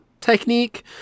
technique